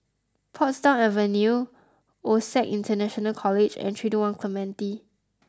Portsdown Avenue Osac International College and three two one Clementi